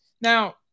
Now